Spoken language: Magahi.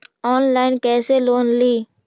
ऑनलाइन कैसे लोन ली?